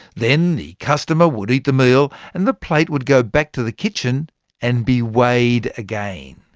then the customer would eat the meal, and the plate would go back to the kitchen and be weighed again.